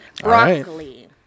Broccoli